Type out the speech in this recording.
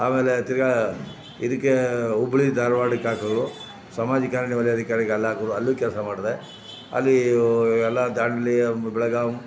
ಆಮೇಲೆ ತಿರ್ಗಿ ಇದಕ್ಕೆ ಹುಬ್ಳಿ ಧಾರ್ವಾಡಕ್ ಹಾಕಿದ್ರು ಸಾಮಾಜಿಕ ಅರಣ್ಯ ವಲಯಾಧಿಕಾರಿಯಾಗಿ ಅಲ್ಲಿ ಹಾಕಿದ್ರು ಅಲ್ಲೂ ಕೆಲಸ ಮಾಡಿದೆ ಅಲ್ಲಿ ಎಲ್ಲ ದಾಂಡೇಲಿ ಬೆಳಗಾಮ್